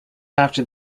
after